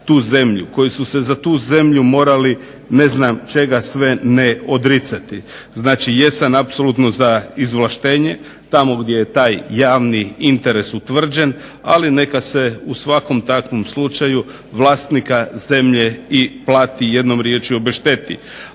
koji su se za tu zemlju morali ne znam čega sve ne odricati. Znači jesam apsolutno za izvlaštenje tamo gdje je taj javni interes utvrđen ali neka se u svakom takvom slučaju vlasnika zemlje i plati, jednom riječju obešteti.